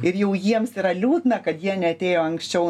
ir jau jiems yra liūdna kad jie neatėjo anksčiau